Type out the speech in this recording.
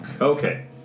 okay